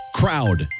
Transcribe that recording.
crowd